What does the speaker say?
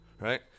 right